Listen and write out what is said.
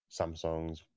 Samsungs